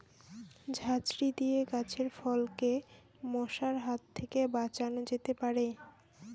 ঝাঁঝরি দিয়ে গাছের ফলকে মশার হাত থেকে বাঁচানো যেতে পারে?